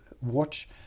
watch